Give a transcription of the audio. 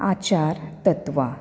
आचार तत्वां